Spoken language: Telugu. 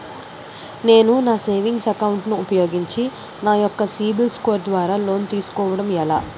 నేను నా సేవింగ్స్ అకౌంట్ ను ఉపయోగించి నా యెక్క సిబిల్ స్కోర్ ద్వారా లోన్తీ సుకోవడం ఎలా?